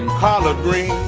collard greens